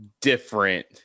different